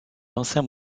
anciens